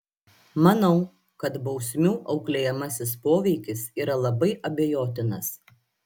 manau kad bausmių auklėjamasis poveikis yra labai abejotinas